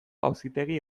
auzitegi